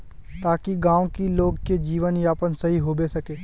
ताकि गाँव की लोग के जीवन यापन सही होबे सके?